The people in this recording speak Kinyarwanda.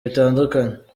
bitandukanye